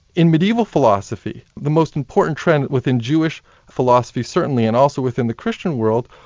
in medieval philosophy, the most important trend within jewish philosophy, certainly, and also within the christian world,